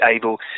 able